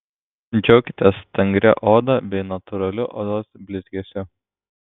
džiaukitės stangria oda bei natūraliu odos blizgesiu